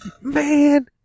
man